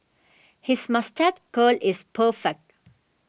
his moustache curl is perfect